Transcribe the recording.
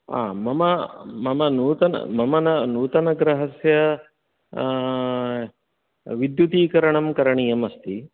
हा मम मम नूतन मम न नूतनगृहस्य विद्युतीकरणं करणीयमस्ति